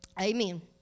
amen